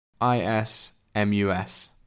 I-S-M-U-S